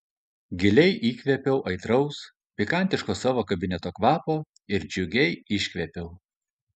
giliai įkvėpiau aitraus pikantiško savo kabineto kvapo ir džiugiai iškvėpiau